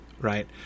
Right